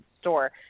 store